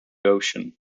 ocean